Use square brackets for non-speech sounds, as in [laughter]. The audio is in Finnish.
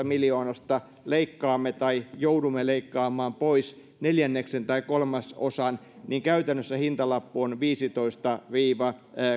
[unintelligible] miljoonasta leikkaamme tai joudumme leikkaamaan pois neljänneksen tai kolmasosan niin käytännössä hintalappu on viisitoista viiva